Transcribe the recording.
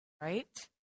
right